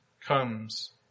comes